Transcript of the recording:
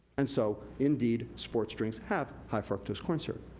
and so, indeed, sports drinks have high fructose corn syrup.